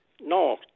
No